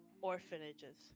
orphanages